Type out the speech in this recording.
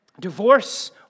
divorce